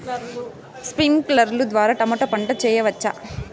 స్ప్రింక్లర్లు ద్వారా టమోటా పంట చేయవచ్చా?